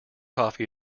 coffee